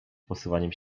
posuwaniem